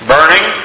Burning